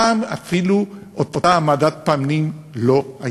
הפעם אפילו אותה העמדת פנים לא הייתה.